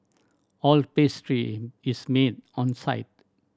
all pastry is made on site